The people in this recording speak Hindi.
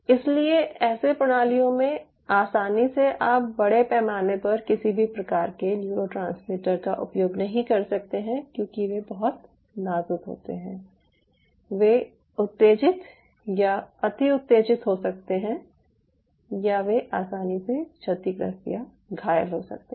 इसलिए ऐसी प्रणालियों में आसानी से आप बड़े पैमाने पर किसी भी प्रकार के न्यूरोट्रांसमीटर का उपयोग नहीं कर सकते हैं क्योंकि वे बहुत नाजुक होते हैं वे उत्तेजित या अति उत्तेजित हो सकते है या वे आसानी से क्षतिग्रस्त या घायल हो सकते हैं